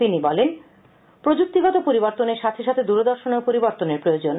তিনি বলেন প্রযুক্তিগত পরিবর্তনের সাথে সাথে দূরদর্শনেও পরিবর্তনের প্রয়োজন